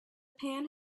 pan